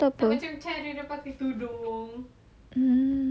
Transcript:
semberono tu apa